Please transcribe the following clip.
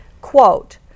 quote